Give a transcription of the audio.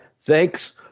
Thanks